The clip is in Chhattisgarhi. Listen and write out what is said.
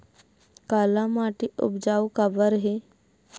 काला माटी उपजाऊ काबर हे?